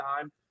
time